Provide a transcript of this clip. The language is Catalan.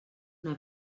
una